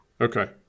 Okay